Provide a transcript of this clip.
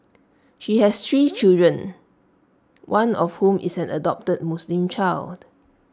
he has three children one of whom is an adopted Muslim child